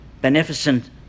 beneficent